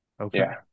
Okay